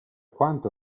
quanto